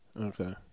Okay